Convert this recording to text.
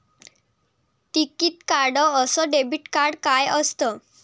टिकीत कार्ड अस debit card काय असत?